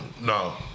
No